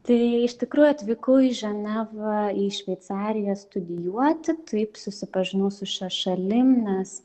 tai iš tikrųjų atvykau į ženevą į šveicariją studijuoti taip susipažinau su šia šalim nes